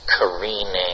careening